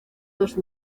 dos